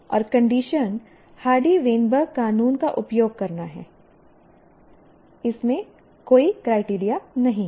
और condition Hardy Weinberg कानून का उपयोग करना हैं कोई क्राइटेरिया नहीं है